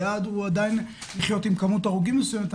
היעד הוא עדיין לחיות עם כמות הרוגים מסוימת.